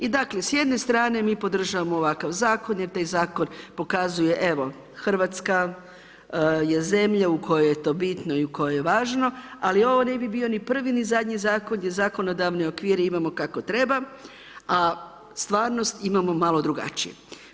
I dakle, s jedne strane mi podržavamo ovakav zakon, jer taj zakon pokazuje Hrvatska je zemlja u kojoj je to bitno u kojoj je to važno, ali ovo ne bi bio ni prvi ni zadnji zakon, gdje zakonodavne okvire imamo kako treba a stvarnost imamo malo drugačije.